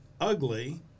ugly